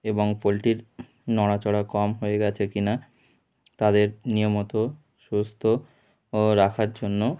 এবং পোলট্রির নড়াচড়া কম হয়ে গিয়েছে কি না তাদের নিয়মিত সুস্থ ও রাখার জন্য